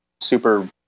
super